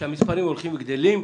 שהמספרים הולכים וגדלים,